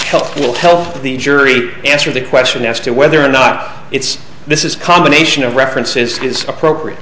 helpful tell the jury answer the question as to whether or not it's this is a combination of references is appropriate